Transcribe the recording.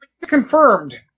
confirmed